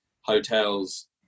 Hotels